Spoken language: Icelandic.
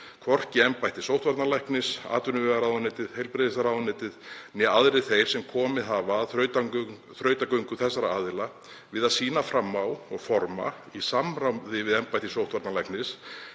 hvorki embætti sóttvarnalæknis, atvinnuvegaráðuneytið, heilbrigðisráðuneytið né aðrir þeir sem komið hafa að þrautagöngu þessara aðila við að sýna fram á og móta, í samráði við embætti sóttvarnalæknis,